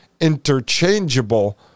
interchangeable